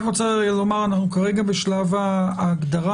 אנחנו כרגע רק בשלב ההגדרה.